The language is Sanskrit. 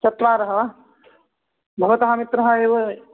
चत्वारः वा भवतः मित्रम् एव